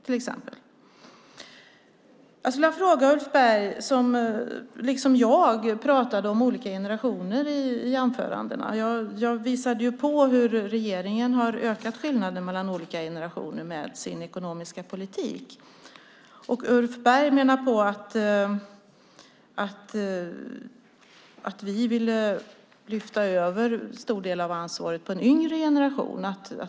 Ulf Berg pratade liksom jag om olika generationer i anförandena. Jag visade på hur regeringen har ökat skillnaderna mellan olika generationer med sin ekonomiska politik. Ulf Berg menade på att vi ville lyfta över en stor del av ansvaret på en yngre generation.